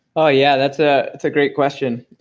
oh yeah, that's ah that's a great question.